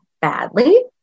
badly